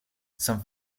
some